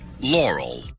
Laurel